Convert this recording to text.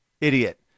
idiot